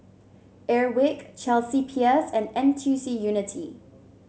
Airwick Chelsea Peers and N T U C Unity